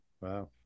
Wow